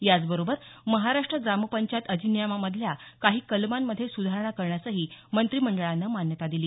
याचबरोबर महाराष्ट्र ग्रामपंचायत अधिनियमामधल्या काही कलमांमध्ये सुधारणा करण्यासही मंत्रिमंडळानं मान्यता दिली